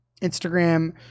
Instagram